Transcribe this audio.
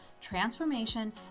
transformation